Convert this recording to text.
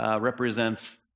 represents